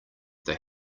they